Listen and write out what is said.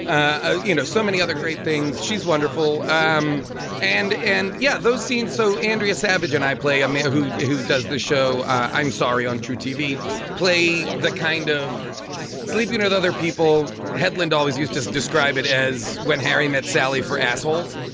yeah ah you know, so many other great things. she's wonderful. um and and yeah. those scenes. so andrea savage and i play a man who who does the show i'm sorry, on tru tv play that kind of sleeping with other people hedlund always used. just describe it as when harry met sally for assholes